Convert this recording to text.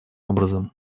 образом